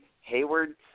Hayward